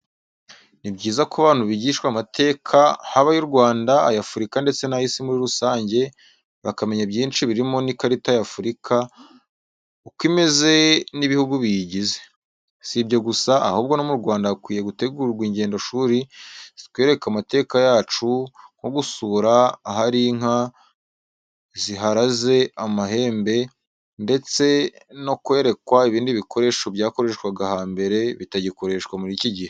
Ni byiza ko abantu bigishwa amateka, haba ay’u Rwanda, ay’Afurika ndetse n’ay’isi muri rusange, bakamenya byinshi birimo n’ikarita y’Afurika, uko imeze n’ibihugu biyigize. Si ibyo gusa, ahubwo no mu Rwanda hakwiye gutegurwa ingendoshuri zitwereka amateka yacu, nko gusura ahari inka ziharaze amahembe, ndetse no kwerekwa ibindi bikoresho byakoresheshwaga hambere bitagikoreshwa muri iki gihe.